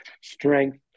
strength